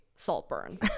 Saltburn